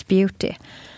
Beauty-